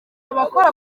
abakora